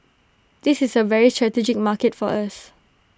this is A very strategic market for us